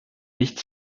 nicht